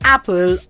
Apple